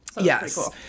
Yes